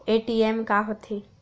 ATM का होथे?